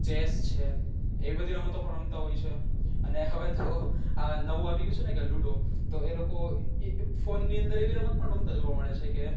chess છે એવી બધી રમતો પણ રમતાં હોય છે અને હવે તો આ નવું આવી ગયું છેને કે લૂડો તો એ લોકો એ ફોનની અંદર એવી રમત પણ રમતાં જોવા મળે છે કે